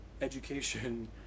education